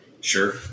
Sure